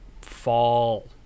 fall